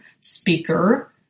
speaker